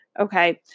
Okay